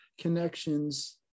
connections